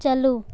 ᱪᱟᱹᱞᱩ